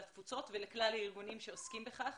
לתפוצות ולכלל הארגונים שעוסקים בכך